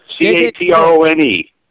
C-A-T-R-O-N-E